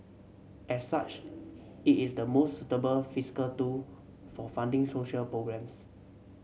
as such it is the most suitable fiscal do for funding social programmes